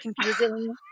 confusing